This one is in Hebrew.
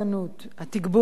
התגבור התקציבי,